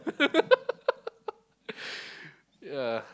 yeah